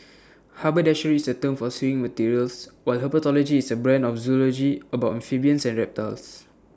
haberdashery is A term for sewing materials while herpetology is A branch of zoology about amphibians and reptiles